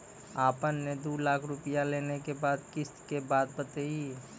आपन ने दू लाख रुपिया लेने के बाद किस्त के बात बतायी?